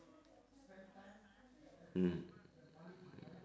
mm